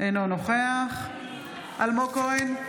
אינו נוכח אלמוג כהן,